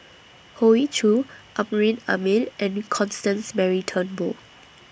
Hoey Choo Amrin Amin and Constance Mary Turnbull